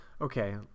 okay